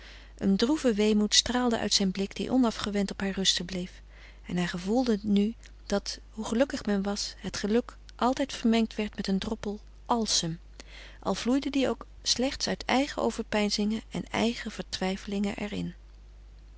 een droeve weemoed straalde uit zijn blik die onafgewend op haar rusten bleef en hij gevoelde nu dat hoe gelukkig men was het geluk altijd vermengd werd met een droppel alsem al vloeide die ook slechts uit eigen overpeinzingen en eigen vertwijfelingen er